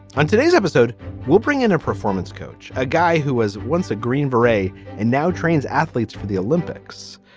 on today's episode we'll bring in a performance coach a guy who was once a green beret and now trains athletes for the olympics.